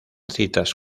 citas